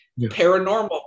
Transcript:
paranormal